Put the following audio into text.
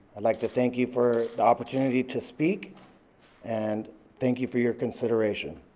i'd like to thank you for the opportunity to speak and thank you for your consideration.